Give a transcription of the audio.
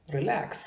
Relax